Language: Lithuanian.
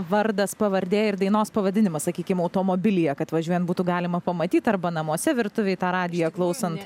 vardas pavardė ir dainos pavadinimas sakykim automobilyje kad važiuojant būtų galima pamatyt arba namuose virtuvėj tą radiją klausant